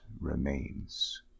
remains